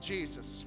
Jesus